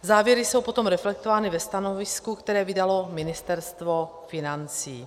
Závěry jsou potom reflektovány ve stanovisku, které vydalo Ministerstvo financí.